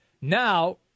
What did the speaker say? Now